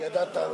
הנושא